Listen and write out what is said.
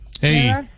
Hey